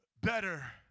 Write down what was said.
better